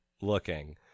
looking